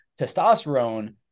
testosterone